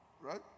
Right